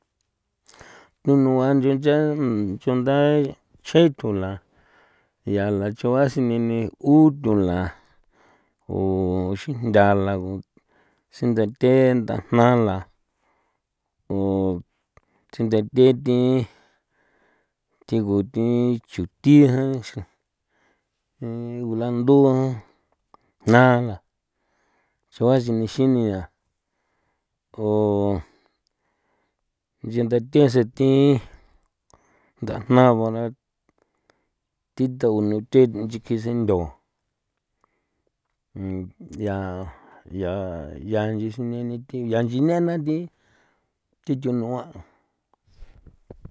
Thunua nchi nchiaan chunda ya chje thula yala chugua sineni utula o xijntha lago sindathe ndajna la o sindathee thi thigu thi chuthi jan e gulandu jan jnala xaguan sinexin ni ya o nche ndathese thi ndajna bara thi thugu nuthe nchi kise ndo ya ya yanchi sineni thi yanchi nena thi thi thunua.